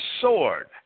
sword